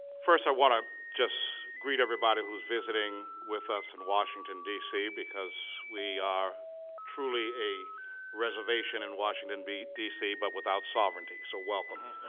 first i want to just greet everybody who's visiting with us in washington, d c. because we are truly a reservation in washington, d c. but without sovereignty. so welcome,